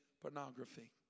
pornography